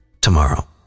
tomorrow